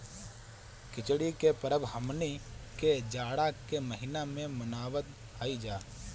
खिचड़ी के परब हमनी के जाड़ा के महिना में मनावत हई जा